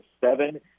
seven